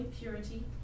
purity